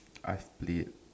I've played